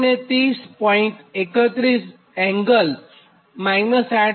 31 8